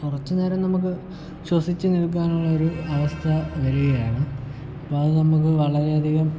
കുറച്ച് നേരം നമുക്ക് ശ്വസിച്ച് നിൽക്കാൻ ഉള്ളൊരു അവസ്ഥ വരികയാണ് അപ്പോൾ അത് നമുക്ക് വളരെ അധികം